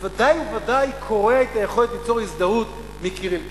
ודאי וודאי קורע את היכולת ליצור הזדהות מקיר אל קיר.